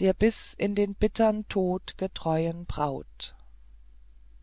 der bis in den bittern tod getreuen braut